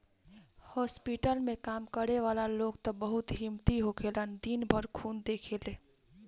hospital में काम करे वाला लोग त बहुत हिम्मती होखेलन दिन भर खून देखेले